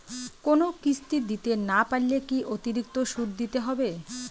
কোনো কিস্তি দিতে না পারলে কি অতিরিক্ত সুদ দিতে হবে?